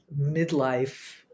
midlife